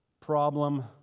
problem